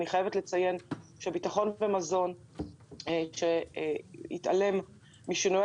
אני חייבת לציין ש"ביטחון במזון" התעלם משינויי